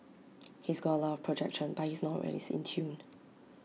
he's got A lot of projection but he's not always in tune